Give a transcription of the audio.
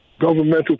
governmental